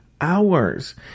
hours